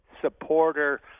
supporter